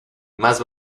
más